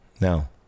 No